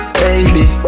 baby